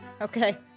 Okay